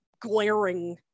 glaring